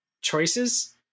choices